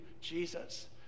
Jesus